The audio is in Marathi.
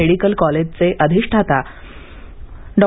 मेडिकल कॉलेजचे अधिष्ठाता डॉ